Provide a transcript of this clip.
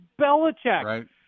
Belichick